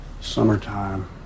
Summertime